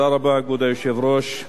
כבוד היושב-ראש,